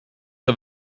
her